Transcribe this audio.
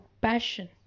passion